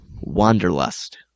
Wanderlust